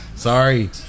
Sorry